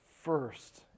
first